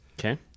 Okay